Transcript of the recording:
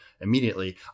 immediately